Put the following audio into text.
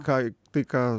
ką tai ką